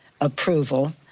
approval